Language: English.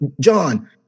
John